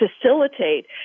facilitate